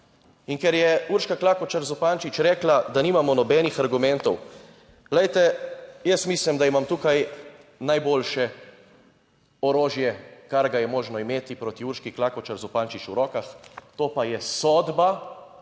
In ker je Urška Klakočar Zupančič rekla, da nimamo nobenih argumentov, glejte, jaz mislim, da imam tukaj najboljše orožje, kar ga je možno imeti proti Urški Klakočar Zupančič v rokah, to pa je sodba